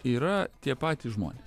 yra tie patys žmonės